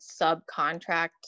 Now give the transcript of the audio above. subcontract